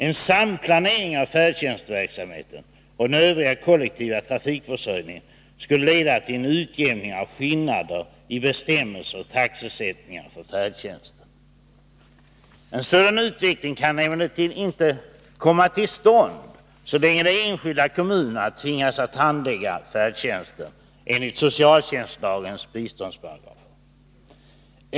En samplanering av färdtjänstverksamheten och den övriga kollektivtrafikförsörjningen skulle leda till en utjämning av skillnader i bestämmelser och taxesättningar för färdtjänsten. En sådan utveckling kan emellertid inte komma till stånd så länge de enskilda kommunerna tvingas att handlägga färdtjänsten enligt socialtjänstlagens biståndsparagraf.